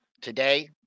Today